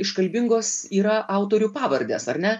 iškalbingos yra autorių pavardės ar ne